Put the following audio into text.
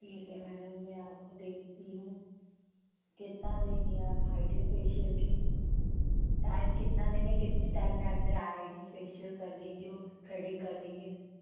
ठीक है मैडम मैं आ कर देखती हूँ कितना लेंगे आप हाइड्रा फेशियल के टाइम कितना लेंगे कितने टाइम में आप मेरा आई डी फेशियल कर देंगे और थरेडिग कर देंगे